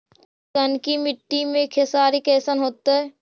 चिकनकी मट्टी मे खेसारी कैसन होतै?